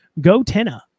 Gotenna